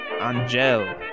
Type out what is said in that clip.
Angel